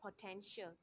potential